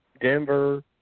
Denver